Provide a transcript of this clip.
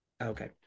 Okay